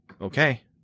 Okay